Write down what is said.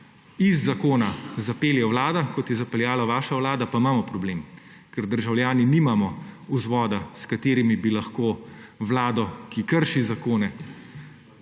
iz zakona zapelje vlada, kot je zapeljala vaša vlada, pa imamo problem, ker državljani nimamo vzvoda, s katerim bi lahko vlado, ki krši zakone,